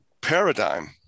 paradigm